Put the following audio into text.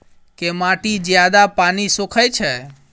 केँ माटि जियादा पानि सोखय छै?